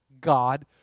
God